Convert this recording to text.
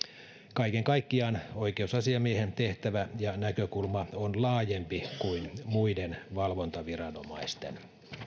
kaiken kaikkiaan oikeusasiamiehen tehtävä ja näkökulma on laajempi kuin muiden valvontaviranomaisten